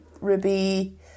Ruby